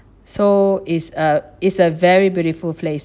so it's a it's a very beautiful place